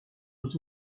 aux